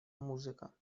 музыка